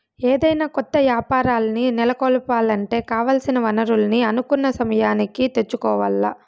ఏదైనా కొత్త యాపారాల్ని నెలకొలపాలంటే కావాల్సిన వనరుల్ని అనుకున్న సమయానికి తెచ్చుకోవాల్ల